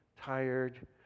tired